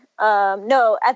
no